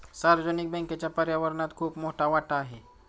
सार्वजनिक बँकेचा पर्यावरणात खूप मोठा वाटा आहे